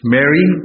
Mary